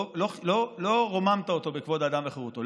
לא רוממת אותו בכבוד האדם וחירותו.